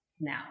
Now